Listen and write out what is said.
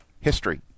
history